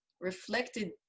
reflected